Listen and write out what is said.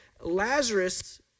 Lazarus